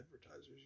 advertisers